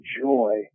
joy